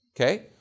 Okay